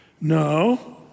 No